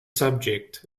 subject